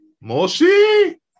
moshi